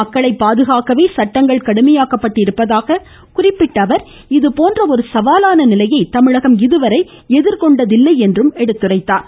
மக்களை பாதுகாக்கவே சட்டங்கள் கடுமையாக்கப்பட்டிருப்பதாகவும் குறிப்பிட்ட அவர் இதுபோன்ற ஒரு சவாலான நிலையை தமிழகம் இதுவரை எதிர்கொண்டதில்லை என்றும் குறிப்பிட்டார்